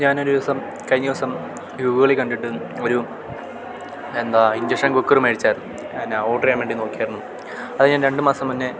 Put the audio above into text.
ഞാൻ കഴിഞ്ഞ ദിവസം ഗൂഗിളിൽ കണ്ടിട്ട് ഒരു എന്താ ഇൻഡക്ഷൻ കുക്കറ് മേടിച്ചായിരുന്നു എന്നാ ഓർഡർ ചെയ്യാൻ വേണ്ടി നോക്കുകയായിരുന്നു അത് ഞാൻ രണ്ട് മാസം മുന്നേ